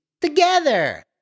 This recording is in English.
together